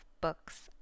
books